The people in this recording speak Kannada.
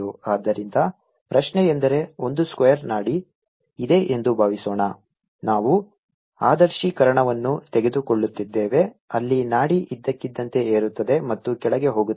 ಆದ್ದರಿಂದ ಪ್ರಶ್ನೆಯೆಂದರೆ ಒಂದು ಸ್ಕ್ವೇರ್ ನಾಡಿ ಇದೆ ಎಂದು ಭಾವಿಸೋಣ ನಾವು ಆದರ್ಶೀಕರಣವನ್ನು ತೆಗೆದುಕೊಳ್ಳುತ್ತಿದ್ದೇವೆ ಅಲ್ಲಿ ನಾಡಿ ಇದ್ದಕ್ಕಿದ್ದಂತೆ ಏರುತ್ತದೆ ಮತ್ತು ಕೆಳಗೆ ಹೋಗುತ್ತದೆ